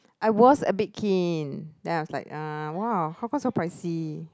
I was a bit keen then I was like uh !woah! how come so pricey